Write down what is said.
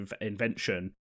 invention